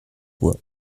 voix